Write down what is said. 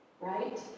Right